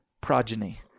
progeny